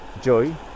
joy